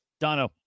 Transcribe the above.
Dono